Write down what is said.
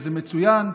וזה מצוין,